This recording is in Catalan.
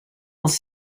els